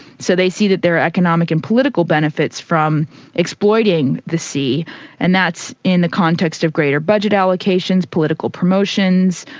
so they see that there are economic and political benefits from exploiting the sea and that's in the context of greater budget allocations, political promotions,